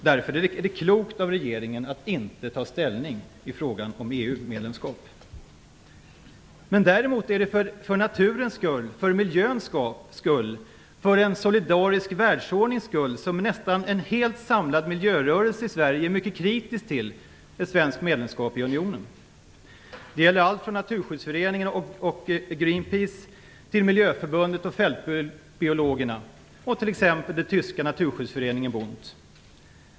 Därför är det klokt av regeringen att inte ta ställning i frågan om Däremot är det för naturens skull, för miljöns skull, för en solidarisk världsordnings skull som en nästan helt samlad miljörörelse i Sverige är mycket kritisk till ett svenskt medlemskap i unionen. Det gäller allt från Naturskyddsföreningen och Det gäller också t.ex. den tyska naturskyddsföreningen Bund.